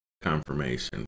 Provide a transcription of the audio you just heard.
confirmation